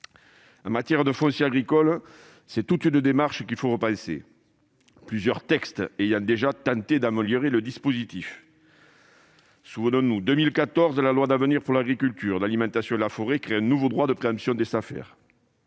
En matière de foncier agricole, c'est toute une démarche qu'il convient de repenser. Plusieurs textes ont déjà été adoptés pour tenter d'améliorer le dispositif. Souvenons-nous : en 2014, la loi d'avenir pour l'agriculture, l'alimentation et la forêt crée un nouveau droit de préemption des Safer.